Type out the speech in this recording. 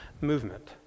movement